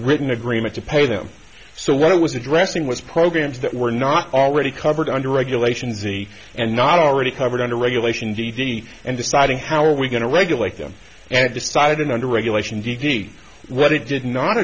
written agreement to pay them so what i was addressing was programs that were not already covered under regulations e and not already covered under regulation d d and deciding how are we going to regulate them and decided under regulation d d what it did not